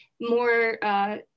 more